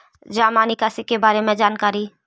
जामा निकासी के बारे में जानकारी?